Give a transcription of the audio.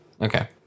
Okay